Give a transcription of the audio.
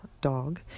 dog